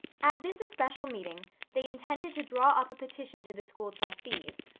at this especial meeting they intended to draw up a petition to the school trustees,